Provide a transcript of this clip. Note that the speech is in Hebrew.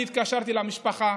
אני התקשרתי למשפחה,